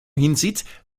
hinsieht